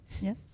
yes